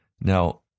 Now